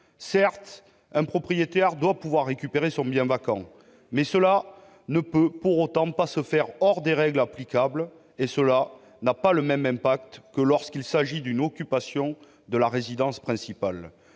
Certes, un propriétaire doit pouvoir récupérer son bien vacant, mais cela ne peut pas se faire hors des règles applicables. L'impact n'est pas le même selon qu'il s'agit ou non d'une occupation de la résidence principale.